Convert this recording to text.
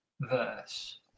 verse